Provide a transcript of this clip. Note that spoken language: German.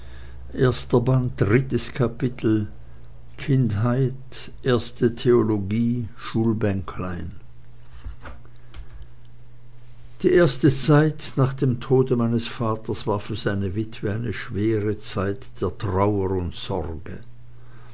drittes kapitel kindheit erste theologie schulbänklein die erste zeit nach dem tode meines vaters war für seine witwe eine schwere zeit der trauer und sorge